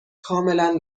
کاملا